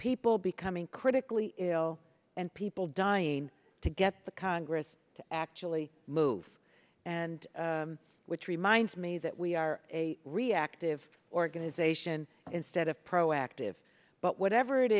people becoming critically ill and people dying to get the congress to actually move and which reminds me that we are a reactive organization instead of proactive but whatever it